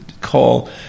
call